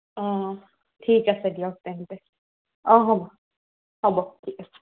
অঁ ঠিক আছে দিয়ক তেন্তে অঁ হ'ব হ'ব ঠিক আছে